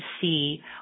see